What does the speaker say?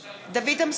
(קוראת בשמות חברי הכנסת) דוד אמסלם,